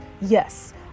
Yes